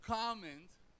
comment